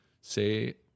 say